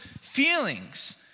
feelings